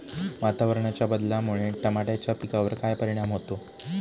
वातावरणाच्या बदलामुळे टमाट्याच्या पिकावर काय परिणाम होतो?